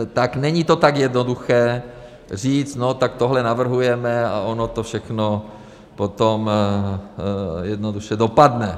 Tak není to tak jednoduché říct, tohle navrhujeme a ono to všechno potom jednoduše dopadne.